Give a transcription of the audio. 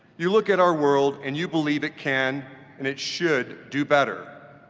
you look at our world and you believe it can and it should do better,